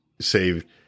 saved